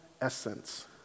essence